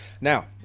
Now